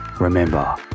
remember